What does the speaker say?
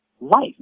life